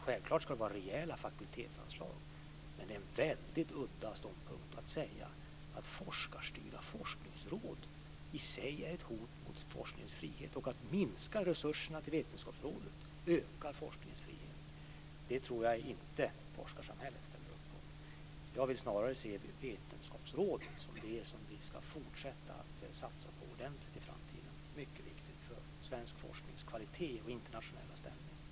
Självklart ska det vara rejäla fakultetsanslag, men det är en väldigt udda ståndpunkt att säga att forskarstyrda forskningsråd i sig är ett hot mot forskningens frihet och att ett minskande av resurserna till Vetenskapsrådet ökar forskningens frihet. Det tror jag inte forskarsamhället ställer upp på. Jag vill snarare se att vi fortsätter att satsa ordentligt på Vetenskapsrådet i framtiden. Det är viktigt för svensk forsknings kvalitet och internationella ställning.